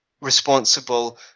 responsible